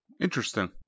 interesting